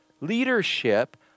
leadership